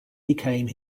became